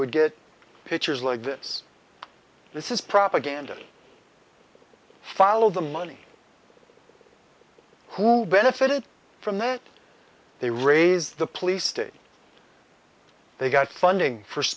would get pictures like this this is propaganda follow the money who benefited from it they raise the police state they got funding for